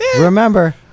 Remember